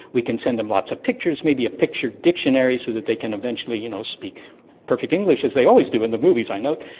we can send them lots of pictures, maybe a picture dictionary so that they can eventually you know speak perfect english, as they always do in the movies i note.